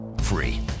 Free